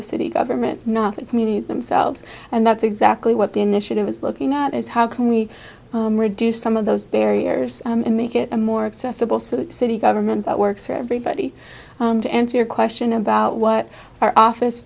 the city government not communities themselves and that's exactly what the initiative is looking at is how can we reduce some of those barriers and make it a more accessible so that city government that works for everybody to answer your question about what our office